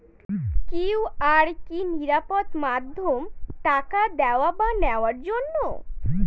QR কি নিরাপদ মাধ্যম টাকা দেওয়া বা নেওয়ার জন্য?